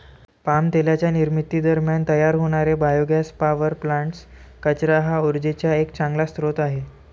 palm तेलाच्या निर्मिती दरम्यान तयार होणारे बायोगॅस पॉवर प्लांट्स, कचरा हा उर्जेचा एक चांगला स्रोत आहे